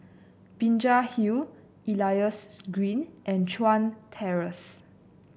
Binjai Hill Elias Green and Chuan Terrace